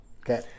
okay